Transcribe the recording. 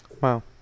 wow